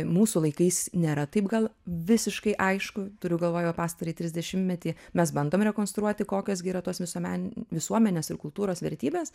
mūsų laikais nėra taip gal visiškai aišku turiu galvoj va pastarąjį trisdešimtmetį mes bandom rekonstruoti kokios gi yra tos visuomen visuomenės ir kultūros vertybės